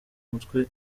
mutwe